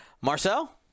Marcel